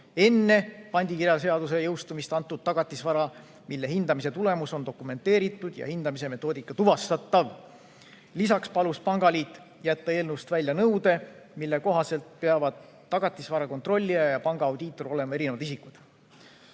enne pandikirjaseaduse jõustumist antud tagatisvara, mille hindamise tulemus on dokumenteeritud ja hindamise metoodika tuvastatav. Lisaks palus pangaliit jätta eelnõust välja nõude, mille kohaselt peavad tagatisvara kontrollija ja pangaaudiitor olema eri isikud.